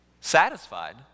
Satisfied